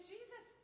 Jesus